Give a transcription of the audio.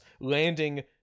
landing